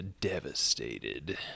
devastated